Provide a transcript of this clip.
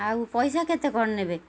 ଆଉ ପଇସା କେତେ କ'ଣ ନେବେ